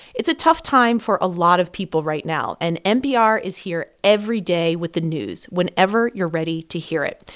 it's a tough time for a lot of people right now, and npr is here every day with the news, whenever you're ready to hear it.